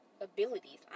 abilities